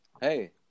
Hey